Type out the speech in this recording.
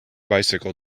bicycle